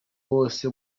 wose